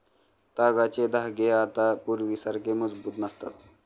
तागाचे धागे आता पूर्वीसारखे मजबूत नसतात